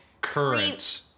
current